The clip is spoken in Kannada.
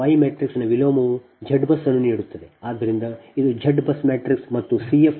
ಆದ್ದರಿಂದ ಇದು Z BUS ಮ್ಯಾಟ್ರಿಕ್ಸ್ ಮತ್ತು C f bus current injection vector ಆಗಿದೆ ಸರಿ